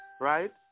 right